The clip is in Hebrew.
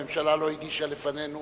הממשלה לא הגישה לפנינו